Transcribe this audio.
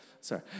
sorry